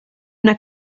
una